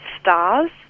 stars